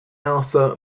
alpha